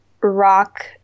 rock